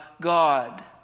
God